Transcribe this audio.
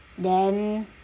then